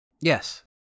Yes